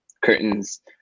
curtains